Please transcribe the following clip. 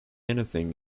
anything